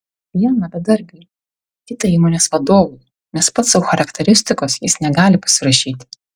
vieną bedarbiui kitą įmonės vadovui nes pats sau charakteristikos jis negali pasirašyti